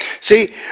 see